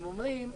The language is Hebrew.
הם אומרים,